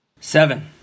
Seven